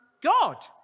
God